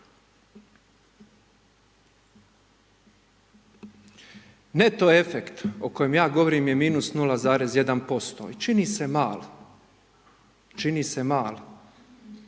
Neto efekt, o kojemu ja govorim je minus 0,1%, ali čini se mali. Čini se mali.